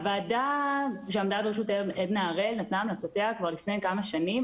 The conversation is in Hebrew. הוועדה בראשות עדנה הראל נתנה את המלצותיה כבר לפני כמה שנים,